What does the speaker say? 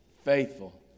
faithful